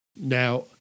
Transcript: Now